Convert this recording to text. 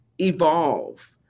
evolve